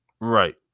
Right